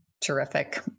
Terrific